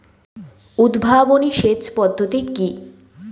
উদ্ভাবনী সেচ পদ্ধতি কি?